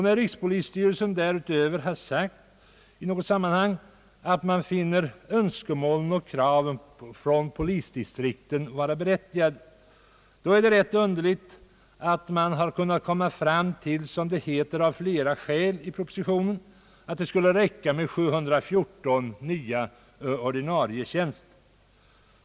När rikspolisstyrelsen därutöver i något sammanhang har sagt, att den finner önskemålen och kraven från polisdistrikten vara berättigade, är det rätt underligt att man i propositionen har kunnat komma fram till att det »av flera skäl» skulle räcka med 714 nya ordinarie tjänster.